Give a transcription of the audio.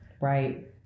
Right